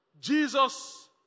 Jesus